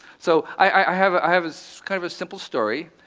so, i have have a so kind of a simple story,